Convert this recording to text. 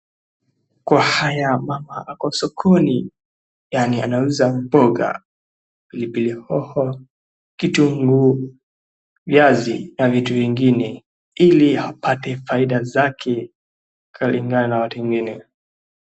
Kwa haya mama ako sokoni yaani anauza mpunga, pilipili hoho, kitunguu viazu na vitu zingine ili apate faida zake kulinganana watu wengine.